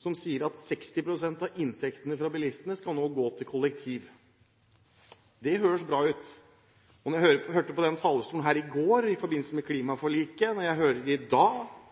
som sier at 60 pst. av inntektene fra bilistene skal gå til kollektivtransport. Det høres bra ut. Jeg hørte det fra talerstolen her i går i forbindelse med klimaforliket, og jeg hører